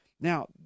Now